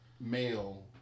male